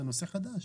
זה נושא חדש.